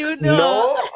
no